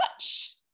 touch